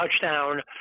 touchdown